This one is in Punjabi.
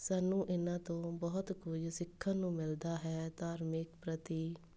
ਸਾਨੂੰ ਇਹਨਾਂ ਤੋਂ ਬਹੁਤ ਕੁਝ ਸਿੱਖਣ ਨੂੰ ਮਿਲਦਾ ਹੈ ਧਾਰਮਿਕ ਪ੍ਰਤੀ